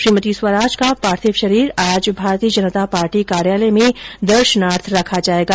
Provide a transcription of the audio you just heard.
श्रीमती स्वराज का पार्थिव शरीर आज भारतीय जनता पार्टी कार्यालय में दर्शनार्थ रखा जायेगा